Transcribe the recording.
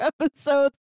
episodes